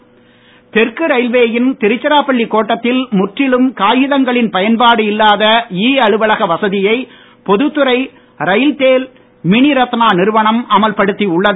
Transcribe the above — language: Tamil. ரயில்வே தெற்கு ரயில்வேயின் திருச்சிராப்பள்ளி கோட்டத்தில் முற்றிலும் காகிதங்களின் பயன்பாடு இல்லாத இ அலுவலக வசதியை பொதுத்துறை ரயில்டெல் மினிரத்னா நிறுவனம் அமல்படுத்தி உள்ளது